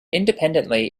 independently